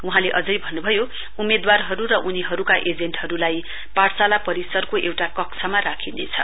वहाँले अझै भन्नुभयो उम्मेदवारहरु र उनीहरुका एजेन्टहरुलाई पाठशाला परिसरको एउटा कक्षमा राखिनेछ